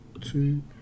two